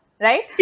right